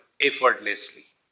effortlessly